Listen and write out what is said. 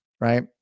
right